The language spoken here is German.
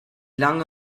lange